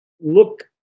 look